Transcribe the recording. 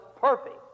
perfect